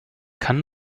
kann